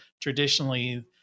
traditionally